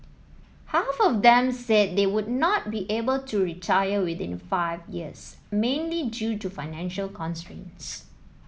half of them said they would not be able to retire within five years mainly due to financial constraints